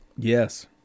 Yes